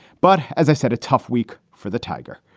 but as i said, a tough week for the tiger.